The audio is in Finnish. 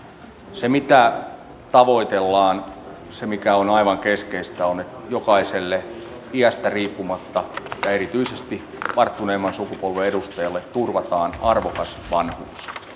se mitä tavoitellaan se mikä on aivan keskeistä on että jokaiselle iästä riippumatta ja erityisesti varttuneemman sukupolven edustajalle turvataan arvokas vanhuus